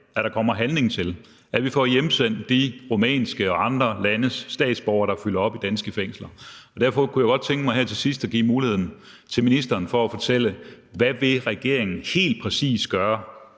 at der kommer handling til, at vi får hjemsendt de rumænske og andre landes statsborgere, der fylder op i danske fængsler. Og derfor kunne jeg godt tænke mig her til sidst at give muligheden til ministeren for at fortælle: Hvad vil regeringen helt præcis gøre